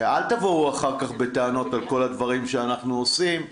אל תבואו אחר-כך בטענות על כל הדברים שאנחנו עושים,